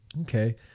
Okay